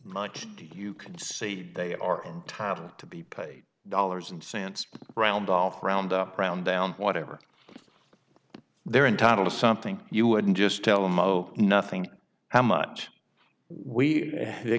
much you can see they are top to be paid dollars and cents roundoff round up round down whatever they're entitled to something you wouldn't just tell them oh nothing how much we the